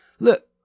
Look